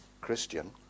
Christian